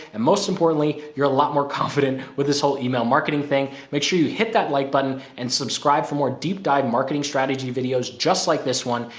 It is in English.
and most importantly, you're a lot more confident with this whole email marketing thing. make sure you hit that like button and subscribe for more deep dive marketing strategy videos just like this one.